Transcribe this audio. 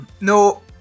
no